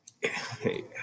hey